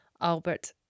Albert